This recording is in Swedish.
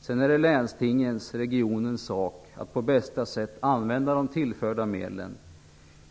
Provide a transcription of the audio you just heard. Sedan är det länstingens och regionens sak att på bästa sätt använda de tillförda medlen.